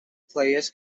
players